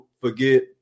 forget